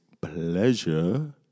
pleasure